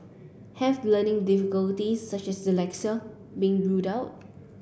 have learning difficulties such as dyslexia been ruled out